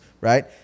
right